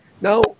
Now